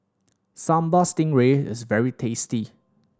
Sambal Stingray is very tasty